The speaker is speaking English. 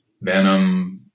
venom